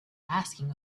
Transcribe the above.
asking